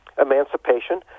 emancipation